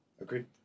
Agreed